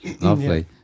Lovely